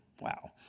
Wow